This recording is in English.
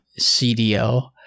cdl